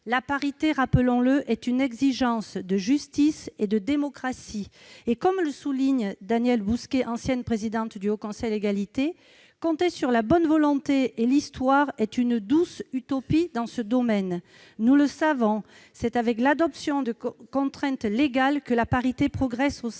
La parité, rappelons-le, est une exigence de justice et de démocratie. Et selon Mme Danielle Bousquet, ancienne présidente du HCE, compter sur la bonne volonté et l'histoire est une douce utopie dans ce domaine. Nous le savons, c'est avec l'adoption de contraintes légales que la parité progresse au sein